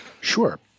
sure